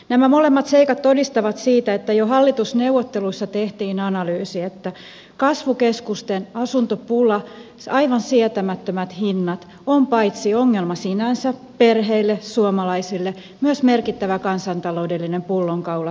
nämä molemmat seikat todistavat siitä että jo hallitusneuvotteluissa tehtiin analyysi että kasvukeskusten asuntopula siis aivan sietämättömät hinnat on paitsi ongelma sinänsä perheille suomalaisille myös merkittävä kansantaloudellinen pullonkaula työllisyydelle